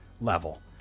level